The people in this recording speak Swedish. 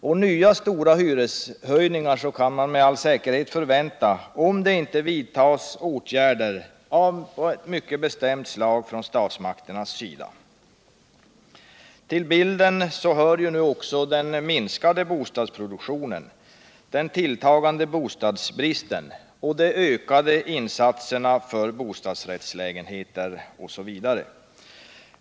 Och nya stora hyreshöjningar kan man med all säkerhet förvänta, om det inte vidtas åtgärder av mycket bestämt slag från statsmakternas sida. Till bilden hör nu också den minskade bostadsproduktionen, den tilltagande bostadsbristen och de ökade insatserna för bostadsrättslägenheter OSV.